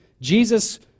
Jesus